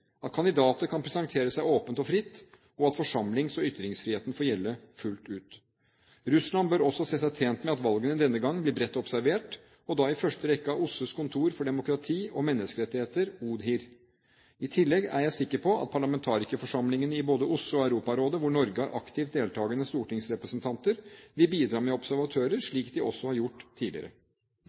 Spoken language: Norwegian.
at valgene er frie, at kandidater kan presentere seg åpent og fritt, og at forsamlings- og ytringsfriheten får gjelde fullt ut. Russland bør også se seg tjent med at valgene denne gang blir bredt observert, og da i første rekke av OSSEs kontor for demokrati og menneskerettigheter – ODIHR. I tillegg er jeg sikker på at parlamentarikerforsamlingen i både OSSE og Europarådet, hvor Norge har aktivt deltakende stortingsrepresentanter, vil bidra med observatører, slik de også har gjort tidligere.